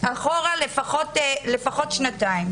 אחורה לפחות שנתיים.